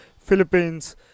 Philippines